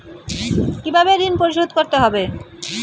কিভাবে ঋণ পরিশোধ করতে হবে?